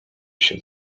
się